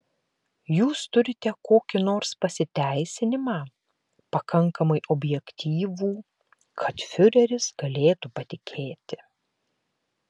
jūs turite kokį nors pasiteisinimą pakankamai objektyvų kad fiureris galėtų patikėti